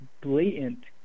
blatant